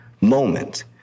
moment